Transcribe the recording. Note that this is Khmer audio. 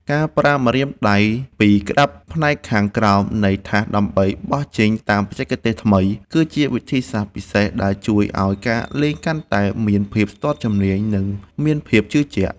ការប្រើម្រាមដៃពីរក្ដាប់ផ្នែកខាងក្រោមនៃថាសដើម្បីបោះចេញតាមបច្ចេកទេសថ្មី គឺជាវិធីសាស្ត្រពិសេសដែលជួយឱ្យការលេងកាន់តែមានភាពស្ទាត់ជំនាញ និងមានភាពជឿជាក់។